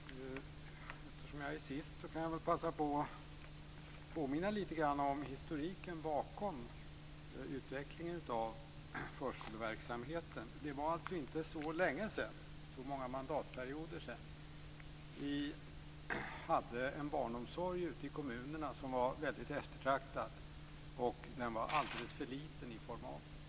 Fru talman! Eftersom jag är sist på talarlistan kan jag väl passa på att påminna lite grann om historiken bakom utvecklingen av förskoleverksamheten. Det var inte så länge sedan och inte så många mandatperioder sedan vi hade en barnomsorg ute i kommunerna som var väldigt eftertraktad och alldeles för liten i formatet.